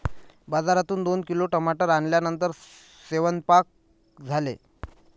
बाजारातून दोन किलो टमाटर आणल्यानंतर सेवन्पाक झाले